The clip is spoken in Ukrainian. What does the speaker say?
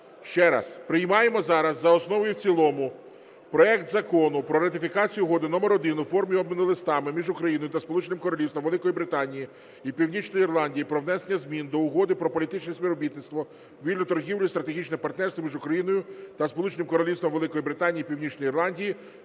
Ще раз, приймаємо зараз за основу і в цілому проект Закону про ратифікацію Угоди № 1 у формі обміну листами між Україною та Сполученим Королівством Великої Британії і Північної Ірландії про внесення змін до Угоди про політичне співробітництво, вільну торгівлю і стратегічне партнерство між Україною та Сполученим Королівством Великої Британії і Північної Ірландії